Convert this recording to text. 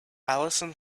allison